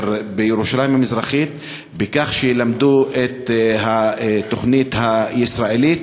בירושלים המזרחית בכך שילמדו את התוכנית הישראלית,